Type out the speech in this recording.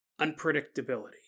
Unpredictability